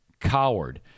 coward